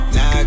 Now